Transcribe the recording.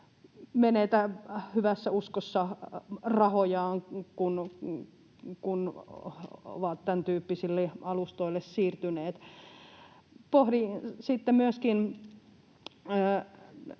menetä hyvässä uskossa rahojaan, kun ovat tämäntyyppisille alustoille siirtyneet. Pohdin sitten myöskin